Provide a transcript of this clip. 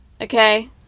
okay